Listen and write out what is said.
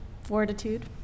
fortitude